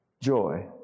joy